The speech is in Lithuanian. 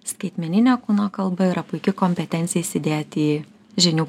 skaitmeninė kūno kalba yra puiki kompetencija įsidėti į žinių